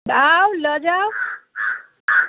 तऽ आउ लऽ जाउ